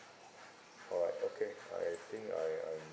all right okay I think I am